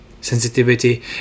Sensitivity